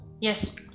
Yes